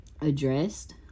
addressed